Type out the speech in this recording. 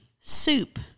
soup